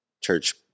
church